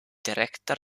director